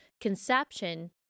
conception